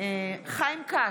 חיים כץ,